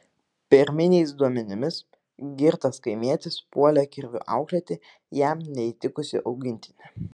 pirminiais duomenimis girtas kaimietis puolė kirviu auklėti jam neįtikusį augintinį